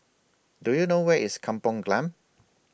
Do YOU know Where IS Kampung Glam